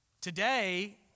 Today